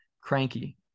cranky